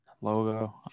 logo